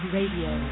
Radio